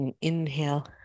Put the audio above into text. Inhale